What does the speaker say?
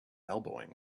elbowing